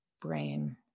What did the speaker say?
Brain